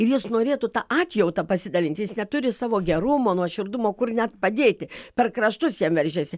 ir jis norėtų tą atjautą pasidalinti jis neturi savo gerumo nuoširdumo kur net padėti per kraštus jam veržiasi